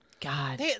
God